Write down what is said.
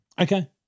Okay